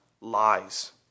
lies